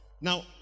Now